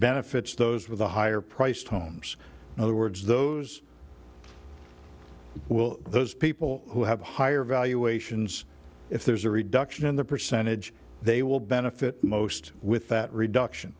benefits those with the higher priced homes in other words those will those people who have higher valuations if there's a reduction in the percentage they will benefit most with that reduction